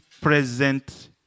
present